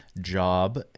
job